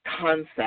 concept